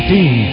Team